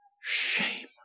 Shame